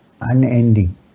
unending